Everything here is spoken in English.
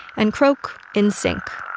and croak in sync